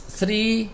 three